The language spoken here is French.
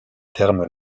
termes